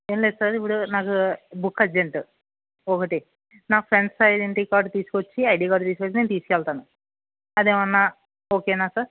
ఏమి లేదు సార్ ఇప్పుడు నాకు బుక్ అర్జెంటు ఒకటి నా ఫ్రెండ్స్ ఐడెంటిటి కార్డ్ తీసుకు వచ్చి ఐడీ కార్డ్ తీసుకు వచ్చి నేను తీసుకు వెళ్తాను అది ఏమన్న ఓకేనా సార్